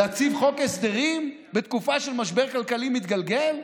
להציג חוק הסדרים בתקופה של משבר כלכלי מתגלגל?